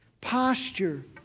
Posture